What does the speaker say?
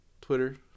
Twitter